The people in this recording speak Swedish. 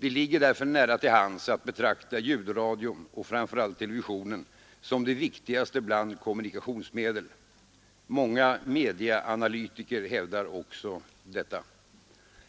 Det ligger därmed nära till hands att betrakta ljudradion och framför allt televisionen som det viktigaste bland kommunikationsmedel. Många mediaanalytiker hävdar också detta.